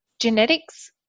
Genetics